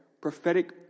prophetic